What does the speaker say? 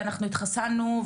ואנחנו התחסנו,